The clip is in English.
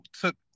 took